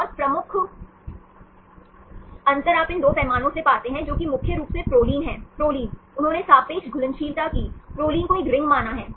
और प्रमुख अंतर आप इन 2 पैमानों से पाते हैं जो कि मुख्य रूप से प्रोलिन है प्रोलिन उन्होंने सापेक्ष घुलनशीलता की प्रोलिन को एक रिंग माना हैं